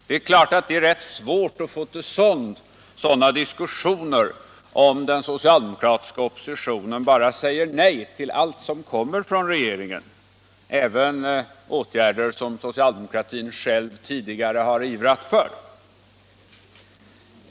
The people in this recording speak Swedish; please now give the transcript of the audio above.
Det är klart att det är rätt svårt att få till stånd sådana diskussioner, om den socialdemokratiska oppositionen bara säger nej till allt som kommer från regeringen, även till åtgärder som socialdemokratin själv tidigare har ivrat för.